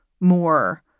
more